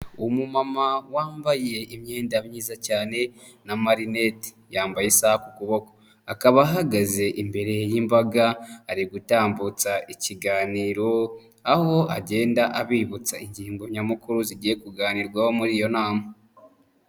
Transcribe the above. Umumama wambaye imyenda myiza cyane n'amarinete. Yambaye isaha ku ukuboko. Akaba ahagaze imbere y'imbaga, ari gutambutsa ikiganiro, aho agenda abibutsa ingingo nyamukuru zigiye kuganirwaho muri iyo nama.